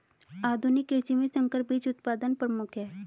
आधुनिक कृषि में संकर बीज उत्पादन प्रमुख है